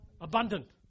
Abundant